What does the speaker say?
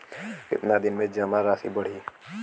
कितना दिन में जमा राशि बढ़ी?